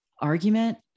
argument